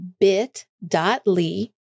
bit.ly